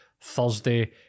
Thursday